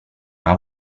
una